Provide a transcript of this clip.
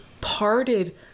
parted